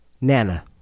Nana